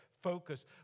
focus